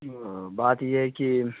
بات یہ ہے کہ